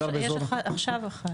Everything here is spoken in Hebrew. יש עכשיו אחת.